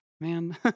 man